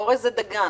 אורז זה דגן.